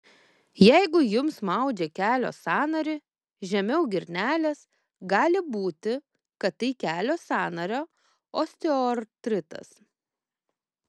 jeigu jums maudžia kelio sąnarį žemiau girnelės gali būti kad tai kelio sąnario osteoartritas